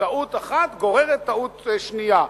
טעות אחת גוררת טעות שנייה.